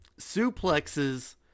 suplexes